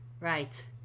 right